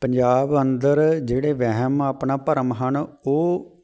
ਪੰਜਾਬ ਅੰਦਰ ਜਿਹੜੇ ਵਹਿਮ ਆਪਣਾ ਭਰਮ ਹਨ ਉਹ